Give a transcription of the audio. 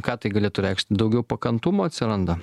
ką tai galėtų reikšti daugiau pakantumo atsiranda